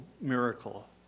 miracle